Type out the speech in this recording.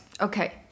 Okay